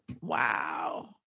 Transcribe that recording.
Wow